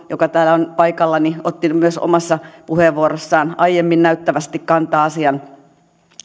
joka täällä on paikalla otti myös omassa puheenvuorossaan aiemmin näyttävästi kantaa asian